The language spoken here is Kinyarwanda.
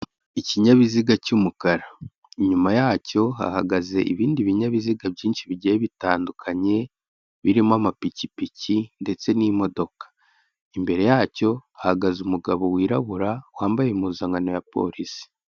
Ikinyabiziga cy'umukara, inyuma yacyo hahagaze ibindi binyabiziga, byinshi bigiye bitandukanye, birimo amapikipiki ndetse n'imodoka, imbere yacyo hahagaze umugabo wirabura, wambaye impuzankano ya polisi.